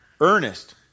earnest